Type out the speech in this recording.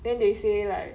then they say like